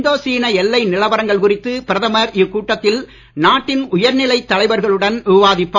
இந்தோ சீன எல்லை நிலவரங்கள் குறித்து பிரதமர் இக்கூட்டத்தில் நாட்டின் உயர்நிலை தலைவர்களுடன் விவாதிப்பார்